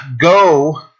go